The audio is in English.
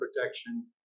protection